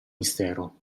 mistero